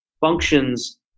functions